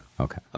Okay